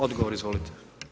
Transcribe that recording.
Odgovor izvolite.